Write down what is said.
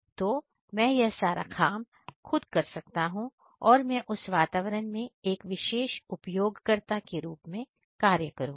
तो मैं यह सारा काम खुद कर सकता हूं और मैं उस वातावरण में मैं एक विशेष उपयोगकर्ता के रूप में कार्य करूंगा